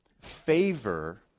favor